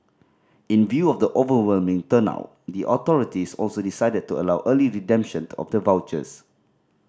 in view of the overwhelming turnout the authorities also decided to allow early redemption of the vouchers